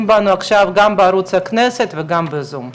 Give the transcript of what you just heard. בנו עכשיו גם בערוץ הכנסת וגם בזום.